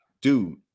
dude